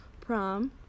prom